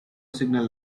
signal